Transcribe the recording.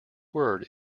word